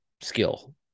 skill